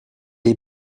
est